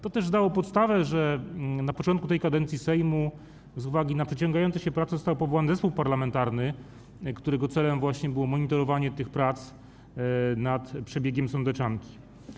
To też było podstawą tego, że na początku tej kadencji Sejmu z uwagi na przeciągające się prace został powołany zespół parlamentarny, którego celem było właśnie monitorowanie prac nad przebiegiem sądeczanki.